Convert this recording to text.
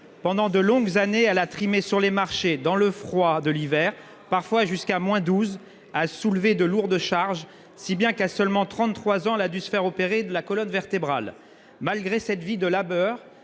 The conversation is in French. Pendant de longues années, elle a trimé sur les marchés, dans le froid de l'hiver, parfois jusqu'à-12 degrés, en soulevant de lourdes charges, si bien qu'à seulement 33 ans elle a dû se faire opérer de la colonne vertébrale. Malgré cette vie de labeur,